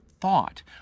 thought